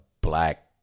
black